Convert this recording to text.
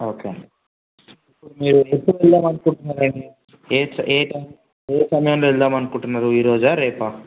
okay అండీ ఇప్పుడు మీరూ ఏ ఊరు వెళదాము అనుకుంటున్నారు అండీ ఏ టైం ఏ సమయంలో వెళదాము అనుకుంటున్నారూ ఈ రోజా రేపా